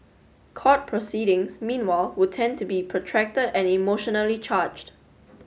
court proceedings meanwhile would tend to be protracted and emotionally charged